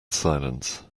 silence